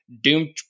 Doom